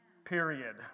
Period